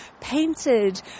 painted